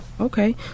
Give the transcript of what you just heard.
Okay